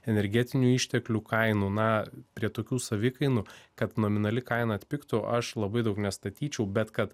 energetinių išteklių kainų na prie tokių savikainų kad nominali kaina atpigtų aš labai daug nestatyčiau bet kad